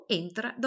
entra